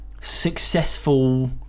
successful